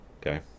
okay